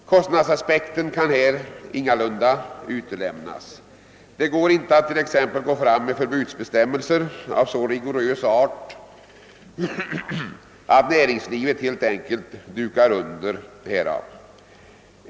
Kostnadsaspekten kan här ingalunda utelämnas. Det går t.ex. inte att gå fram med förbudsbestämmelser av så rigorös art, att näringslivet helt enkelt dukar under.